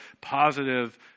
positive